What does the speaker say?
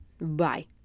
Bye